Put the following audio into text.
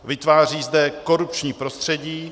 Vytváří zde korupční prostředí.